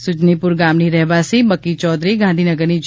સુજનીપુર ગામની રહેવાસી બકી ચૌધરી ગાંધીનગરની જે